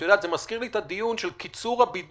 את יודעת, זה מזכיר לי את הדיון של קיצור הבידוד